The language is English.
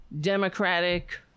Democratic